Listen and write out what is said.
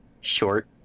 short